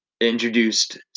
introduced